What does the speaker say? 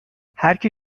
هرکی